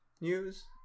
news